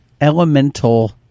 Elemental